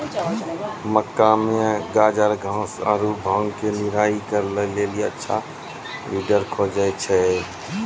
मक्का मे गाजरघास आरु भांग के निराई करे के लेली अच्छा वीडर खोजे छैय?